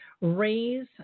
raise